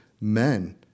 men